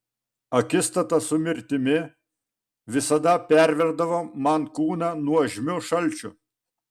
akistata su mirtimi visada perverdavo man kūną nuožmiu šalčiu